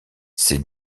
ces